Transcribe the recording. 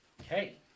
Okay